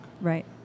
Right